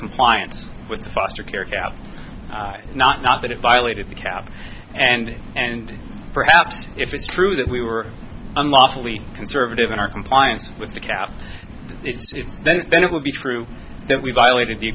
compliance with foster care caps not that it violated the cap and and perhaps if it's true that we were unlawfully conservative in our compliance with the caps it's then it would be true that we violated the